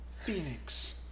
Phoenix